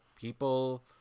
people